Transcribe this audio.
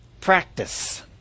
practice